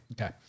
okay